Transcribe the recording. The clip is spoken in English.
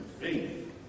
faith